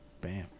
Bam